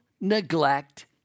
neglect